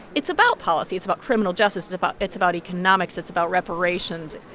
it's about policy it's about criminal justice. it's about it's about economics. it's about reparations.